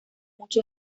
mucho